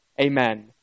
amen